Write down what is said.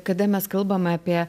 kada mes kalbame apie